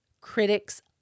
critic's